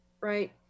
right